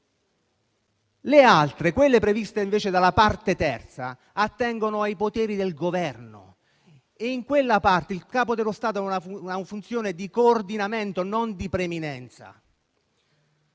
Le altre, quelle previste dalla Parte III, attengono invece ai poteri del Governo e in quella parte il Capo dello Stato ha una funzione di coordinamento, non di preminenza.